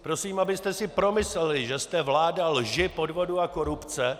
Prosím, abyste si promysleli, že jste vláda lži, podvodu a korupce.